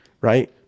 right